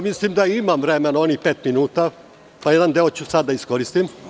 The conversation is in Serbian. Mislim da imam vremena, onih pet minuta, pa jedan deo ću sada da iskoristim.